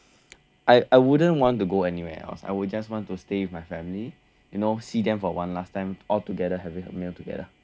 I I wouldn't want to go anywhere else I will just want to stay with my family you know see them for one last time altogether having a meal together